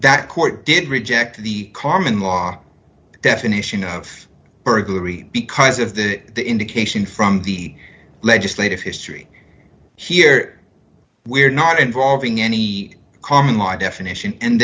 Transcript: that court did reject the common law definition of burglary because of the indication from the legislative history here we're not involving any common law definition and